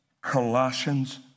Colossians